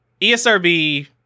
ESRB